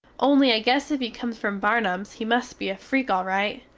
only i guess if he comes from barnums he must be a freak al-rite.